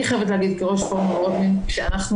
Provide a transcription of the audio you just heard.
אני חייבת להגיד כראש הפורום לעבירות מין שאנחנו